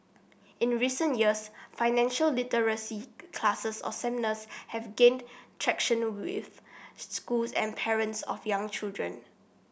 in the recent years financial literacy classes or seminars have gained traction with schools and parents of young children